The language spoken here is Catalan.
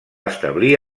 establir